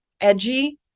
edgy